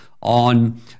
on